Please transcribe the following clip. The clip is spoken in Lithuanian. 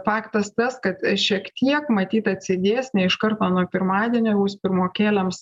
faktas tas kad šiek tiek matyt atsidės ne iš karto nuo pirmadienio bus pirmokėliams